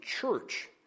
church